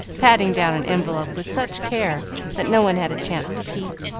patting down an envelope with such care that no one had a chance to peep.